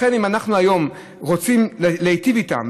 לכן אם אנחנו היום רוצים להיטיב איתן,